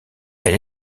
elle